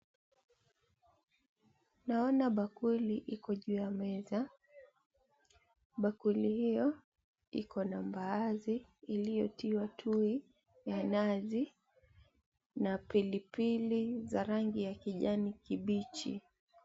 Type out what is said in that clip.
Tunaona bakuli iko ju ya meza, bakuli hiyo iko na mbaazi iliyotiwa tui ya nazi na pilipili za rangi ya kijani kibichi.